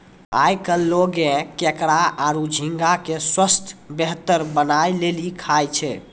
आयकल लोगें केकड़ा आरो झींगा के स्वास्थ बेहतर बनाय लेली खाय छै